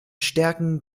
stärken